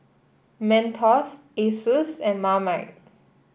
Mentos Asus and Marmite